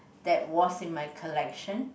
that was in my collection